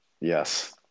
Yes